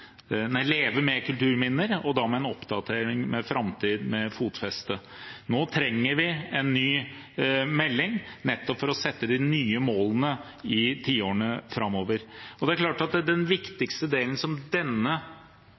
med en oppdatering med Framtid med fotfeste. Nå trenger vi en ny melding, nettopp for å sette de nye målene i tiårene framover. Det er klart at det viktigste denne meldingen gjør, er at den